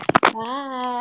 Bye